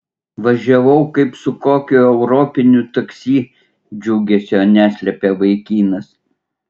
važiavau kaip su kokiu europiniu taksi džiugesio neslėpė vaikinas